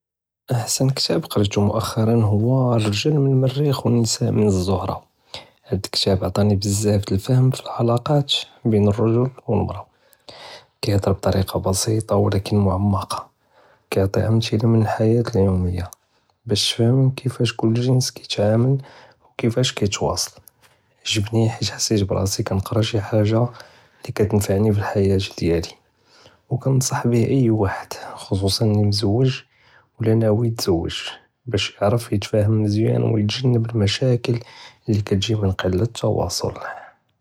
אחסן כּתאב קּריתו מֻאח׳׳רא הוּא רִג׳אל מן מִרִיח ונסאא מן זַהְרַה، האד כּתאב עטאני בּזַאפ דלפהם פלאעלאקת בּין רַג׳ל ואלמראה כּיהְדַ'ר בּטרִיקּה בּסִיטַה ולכּן מֻעַמַקַּה כּיעְטִי אמְתִלַה מן אלחִיַאה אליומיַה באש תְפְהַם כּיפאש כּוּל גִ'נְס כּיתַעַאמַל וכּיפאש כּיתְוַאסַל، עְ׳ג׳בּתנִי חית חְסִית בּראצִי כּנְקּרא שי חאג׳ה לִי כּתנפענִי פלאחִיַאה דִיַאלִי, וכּנְצַח בִּיה אִי ואחֶד חְ'צוּסַאן לִי מְזוּוֶג׳ ולא נאוי יתְזוּוֶג׳ בּאש יְעְרף יתְפאהַם מזיַאן ויתְגַ'נַבּ אלמשַאקּל לִי כּתְגִ'י מן קִּלַת אלתוַאסֻל.